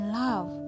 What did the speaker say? love